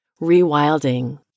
Rewilding